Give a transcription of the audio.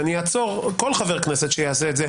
ואני אעצור כל חבר כנסת שיעשה את זה.